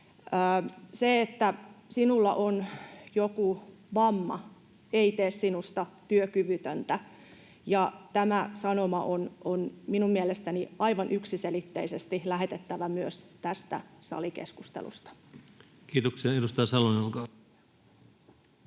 Se, että sinulla on joku vamma, ei tee sinusta työkyvytöntä, ja tämä sanoma on minun mielestäni aivan yksiselitteisesti lähetettävä myös tästä salikeskustelusta. Kiitoksia. — Edustaja Salonen, olkaa hyvä.